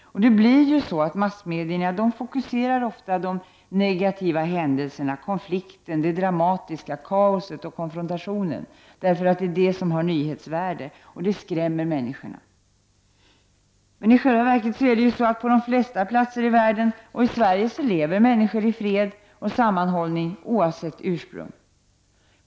Massmedia fokuserar ofta de negativa händelserna, konflikten, det dramatiska, kaoset och konfrontationen därför att det är det som har nyhetsvärde. Detta skrämmer människor. Men i själva verket är det så att på de flesta platser i världen och i Sverige lever människor i fred och sammanhållning oavsett ursprung.